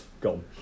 Gone